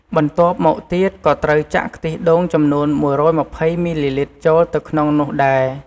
បន្ទាប់មកទៀតក៏ត្រូវចាក់ខ្ទិះដូងចំនួន ១២០ មីលីលីត្រចូលទៅក្នុងនោះដែរ។